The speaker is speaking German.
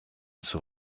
zur